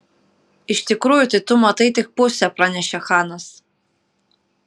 iš tikrųjų tai tu matai tik pusę pranešė chanas